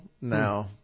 No